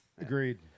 Agreed